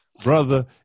Brother